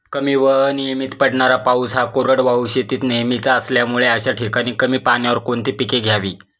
कमी व अनियमित पडणारा पाऊस हा कोरडवाहू शेतीत नेहमीचा असल्यामुळे अशा ठिकाणी कमी पाण्यावर कोणती पिके घ्यावी?